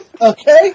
Okay